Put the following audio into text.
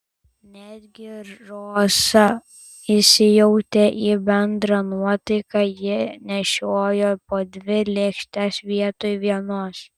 netgi roza įsijautė į bendrą nuotaiką ji nešiojo po dvi lėkštes vietoj vienos